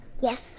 Yes